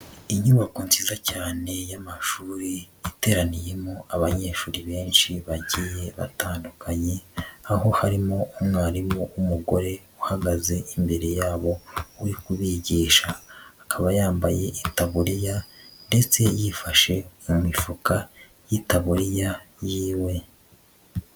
Inyubako nziza cyane y'amashuri iteraniyemo abanyeshuri benshi bagiye batandukanye, aho harimo umwarimu w'umugore uhagaze imbere yabo uri kubigisha, akaba yambaye itaburiya ndetse yifashe mu mifuka y'itaboriya yiwe.